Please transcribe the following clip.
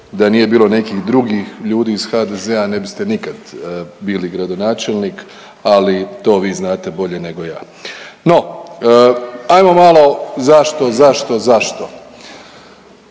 da nije bilo nekih drugih ljudi iz HDZ-a ne biste nikad bili gradonačelnik, ali to vi znate bolje nego ja. No ajmo malo zašto, zašto, zašto.